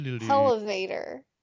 Elevator